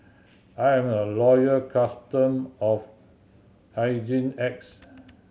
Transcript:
I am a loyal customer of Hygin X